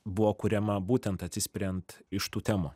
buvo kuriama būtent atsispiriant iš tų temų